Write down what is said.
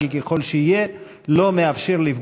חקלאי עד לא מזמן,